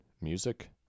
music